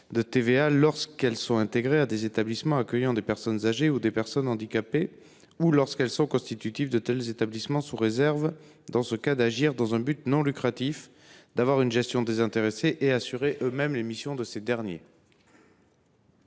de 5,5 % lorsqu’elles sont intégrées à des établissements accueillant des personnes âgées ou des personnes handicapées, ou lorsqu’elles sont constitutives de tels établissements, sous réserve, dans ce cas, d’agir dans un but non lucratif, d’avoir une gestion désintéressée et d’assurer les mêmes missions que ces derniers.